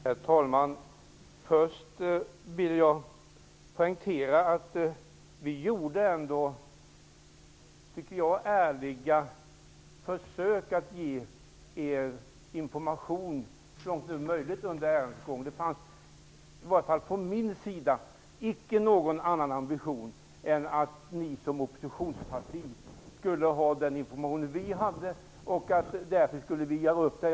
Herr talman! Först vill jag poängtera att jag tycker att vi gjorde ärliga försök att så långt möjligt ge er information under ärendets gång. Det fanns i varje fall från min sida icke någon annan ambition än att ni som oppositionsparti skulle ha den information som vi hade, och därefter skulle vi göra upp detta.